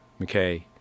McKay